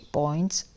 points